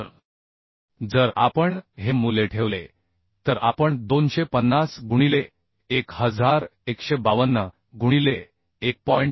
तर जर आपण हे मूल्य ठेवले तर आपण 250 गुणिले 1152 गुणिले 1